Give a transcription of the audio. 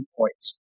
points